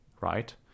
right